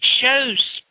shows